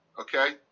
okay